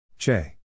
Che